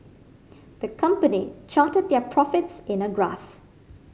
the company charted their profits in a graph